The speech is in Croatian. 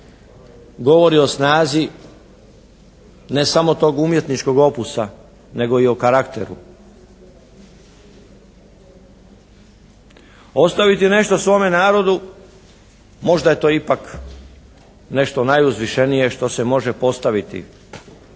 govori o snazi ne samo tog umjetničkog opusa nego i o karakteru. Ostaviti nešto svome narodu možda je to ipak nešto najuzvišenije što se može postaviti.